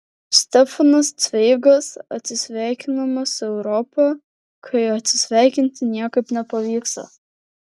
stefanas cveigas atsisveikinimas su europa kai atsisveikinti niekaip nepavyksta